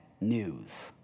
news